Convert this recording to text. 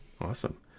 Awesome